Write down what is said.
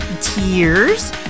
tears